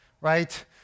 right